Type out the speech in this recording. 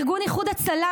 ארגון איחוד הצלה,